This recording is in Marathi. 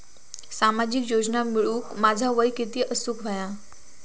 सामाजिक योजना मिळवूक माझा वय किती असूक व्हया?